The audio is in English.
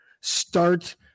Start